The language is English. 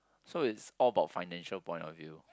so it's all about financial point of view